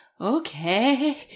Okay